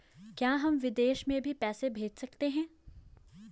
क्या हम विदेश में पैसे भेज सकते हैं?